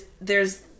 there's-